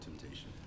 temptation